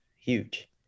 huge